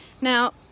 Now